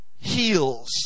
heals